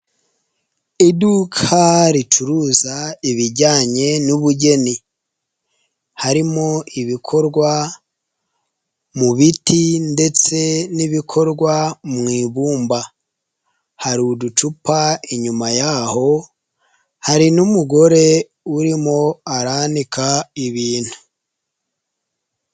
Iduka ricuruza ibijyanye n'ubugeni, harimo ibikorwa mu biti ndetse n'ibikorwa mu ibumba, hari uducupa inyuma yaho, hari n'umugore urimo aranka ibintu.